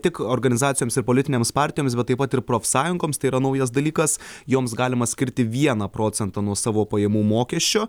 tik organizacijoms ir politinėms partijoms bet taip pat ir profsąjungoms tai yra naujas dalykas joms galima skirti vieną procentą nuo savo pajamų mokesčio